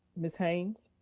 ms. haynes.